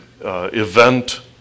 event